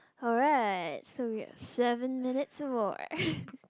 alright so we have seven minutes more